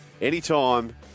anytime